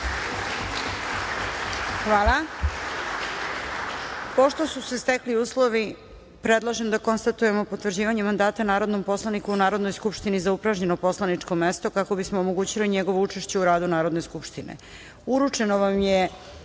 Pošto su se stekli uslovi, predlažem da konstatujem potvrđivanje mandata narodnom poslaniku u Narodnoj skupštini za upražnjeno poslaničko mesto, kako bismo omogućili njegovo učešće u radu Narodne skupštine. Uručeno vam je